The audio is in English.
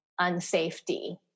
unsafety